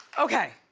okay,